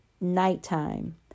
nighttime